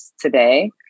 today